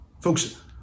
Folks